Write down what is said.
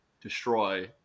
destroy